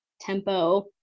tempo